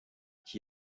qui